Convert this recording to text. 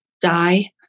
die